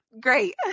great